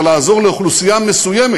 זה לעזור לאוכלוסייה מסוימת,